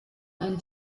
ein